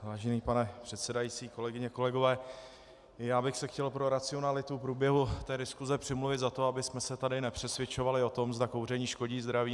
Vážený pane předsedající, kolegyně, kolegové, já bych se chtěl pro racionalitu průběhu diskuse přimluvit za to, abychom se tady nepřesvědčovali o tom, zda kouření škodí zdraví, nebo ne.